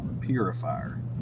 purifier